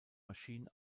maschinen